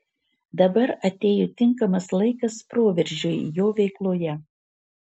dabar atėjo tinkamas laikas proveržiui jo veikloje